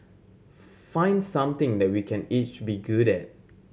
find something that we can each be good at